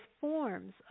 forms